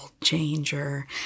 changer